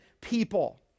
people